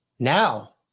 Now